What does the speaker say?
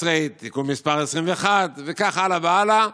19, תיקון מס' 21 וכך הלאה והלאה,